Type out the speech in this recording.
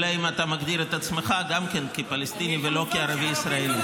אלא אם אתה מגדיר את עצמך גם כן כפלסטיני ולא כערבי ישראלי.